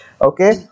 Okay